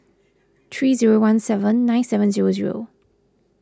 three zero one seven nine seven zero zero